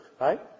right